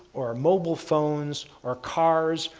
or mobile phones, or cars,